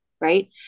right